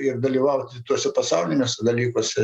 ir dalyvauti tuose pasauliniuose dalykuose